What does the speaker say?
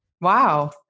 Wow